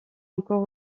encore